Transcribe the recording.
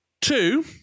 two